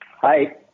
Hi